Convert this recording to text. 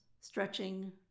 stretching